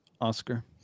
Oscar